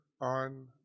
on